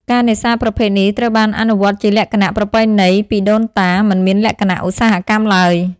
ការនេសាទប្រភេទនេះត្រូវបានអនុវត្តជាលក្ខណៈ ប្រពៃណីតពីដូនតា មិនមានលក្ខណៈឧស្សាហកម្មឡើយ។